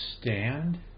stand